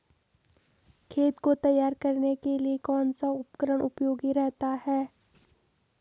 खेत को तैयार करने के लिए कौन सा उपकरण उपयोगी रहता है?